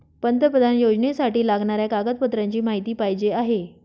पंतप्रधान योजनेसाठी लागणाऱ्या कागदपत्रांची माहिती पाहिजे आहे